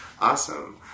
Awesome